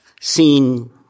seen